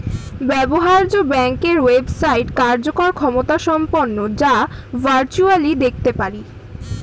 ব্যবহার্য ব্যাংকের ওয়েবসাইট কার্যকর ক্ষমতাসম্পন্ন যা ভার্চুয়ালি দেখতে পারি